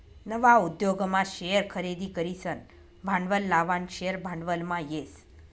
नवा उद्योगमा शेअर खरेदी करीसन भांडवल लावानं शेअर भांडवलमा येस